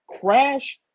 Crash